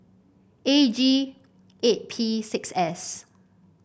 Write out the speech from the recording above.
A G eight P six S